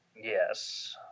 Yes